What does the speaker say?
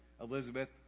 Elizabeth